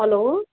hello